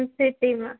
સિટીમાં